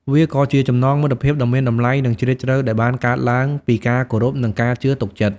វាក៏ជាចំណងមិត្តភាពដ៏មានតម្លៃនឹងជ្រាលជ្រៅ ដែលបានកើតឡើងពីការគោរព និងការជឿទុកចិត្ត។